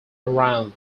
around